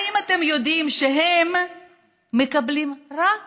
האם אתם יודעים שהם מקבלים רק